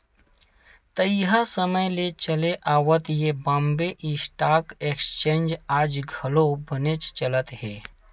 तइहा समे ले चले आवत ये बॉम्बे स्टॉक एक्सचेंज आज घलो बनेच चलत हे